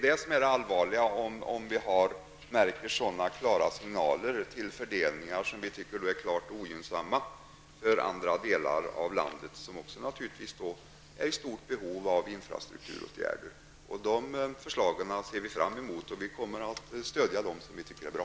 Det allvarliga är om vi märker klara signaler till fördelningar som enligt vår åsikt är uppenbart ogynnsamma för andra delar av landet, delar som också är i stort behov av infrastrukturåtgärder. Vi ser fram emot förslagen och kommer att stödja dem som vi tycker är bra.